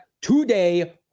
today